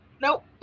Nope